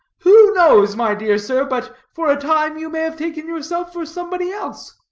who knows, my dear sir, but for a time you may have taken yourself for somebody else?